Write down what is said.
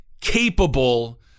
capable